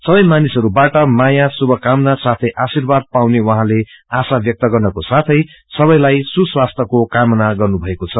सबै मानिसहरूलाई माया शुभकामना साथै आश्रिवाद पाउने उहाँले आशा व्यक्त गर्नको साथै सबैलाई सुस्वास्थ्यको कामना गर्नुभएको छ